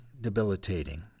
debilitating